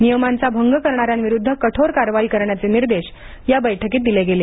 नियमांचा भंग करणाऱ्यांविरुद्ध कठोर कारवाई करण्याचे निर्देश या बैठकीत दिले गेले